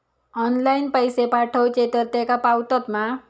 Online पैसे पाठवचे तर तेका पावतत मा?